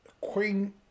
Queen